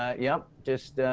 yep. just,